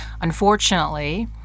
Unfortunately